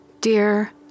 Dear